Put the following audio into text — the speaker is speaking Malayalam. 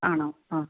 ആണോ ആ